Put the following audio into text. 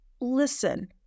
listen